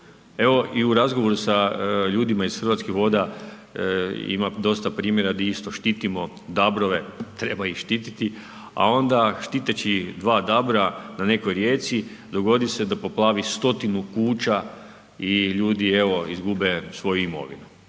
Evo, i u razgovoru sa ljudima iz Hrvatskih voda ima dosta primjera gdje isto štitimo dabrove, treba ih štititi, a onda štiteći dva dabra na nekoj rijeci, dogodi se da poplati stotinu kuća i ljudi evo, izgube svoju imovinu.